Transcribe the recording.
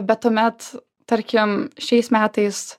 bet tuomet tarkim šiais metais